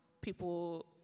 people